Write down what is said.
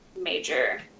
major